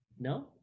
No